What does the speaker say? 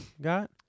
got